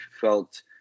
felt